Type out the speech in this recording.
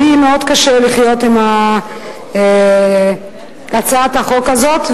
לי מאוד קשה לחיות עם הצעת החוק הזאת.